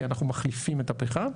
כי אנחנו מחליפים את הפחם,